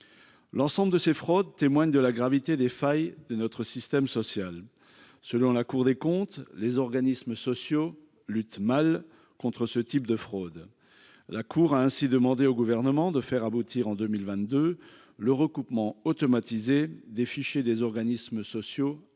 L'ensemble de ces fraudes témoigne de la gravité des failles de notre système social. Selon la Cour des comptes, les organismes sociaux lutte mal contre ce type de fraude. La cour a ainsi demandé au gouvernement de faire aboutir en 2022. Le recoupement automatisé des fichiers des organismes sociaux à ceux